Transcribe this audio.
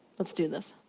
let's do this.